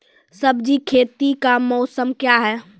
सब्जी खेती का मौसम क्या हैं?